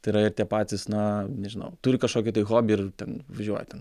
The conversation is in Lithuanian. tai yra ir tie patys na nežinau turi kažkokį tai hobį ir ten važiuoja ten